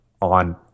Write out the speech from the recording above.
on